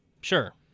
Sure